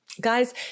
guys